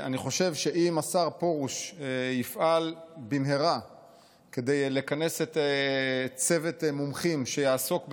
אני חושב שאם השר פרוש יפעל במהרה כדי לכנס צוות מומחים שיעסוק בזה,